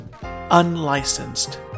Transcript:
Unlicensed